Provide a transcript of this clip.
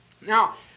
Now